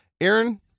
Aaron